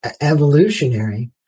evolutionary